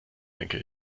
denke